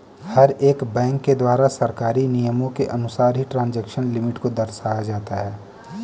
हर एक बैंक के द्वारा सरकारी नियमों के अनुसार ही ट्रांजेक्शन लिमिट को दर्शाया जाता है